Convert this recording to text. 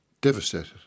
Devastated